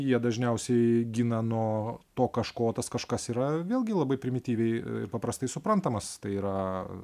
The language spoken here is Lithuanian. jie dažniausiai gina nuo to kažko tas kažkas yra vėlgi labai primityviai ir paprastai suprantamas tai yra